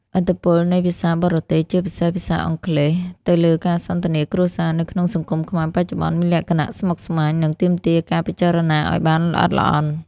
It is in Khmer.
ឥទ្ធិពលនៃភាសាបរទេស (ជាពិសេសភាសាអង់គ្លេស) ទៅលើការសន្ទនាគ្រួសារនៅក្នុងសង្គមខ្មែរបច្ចុប្បន្ន មានលក្ខណៈស្មុគស្មាញ និងទាមទារការពិចារណាឱ្យបានល្អិតល្អន់។